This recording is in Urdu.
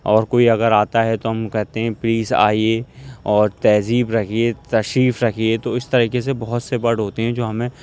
اور کوئی اگر آتا ہے تو ہم کہتے ہیں پلیز آئیے اور تہذیب رکھیے تشریف رکھیے تو اس طریقے سے بہت سے ورڈ ہوتے ہیں جو ہمیں